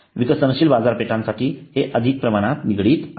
विकसनशील बाजारपेठांसाठी हे अधिक प्रमाणात निगडित आहे